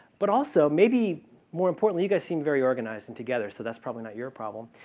but also maybe more importantly, you guys seemed very organized and together. so that's probably not your problem.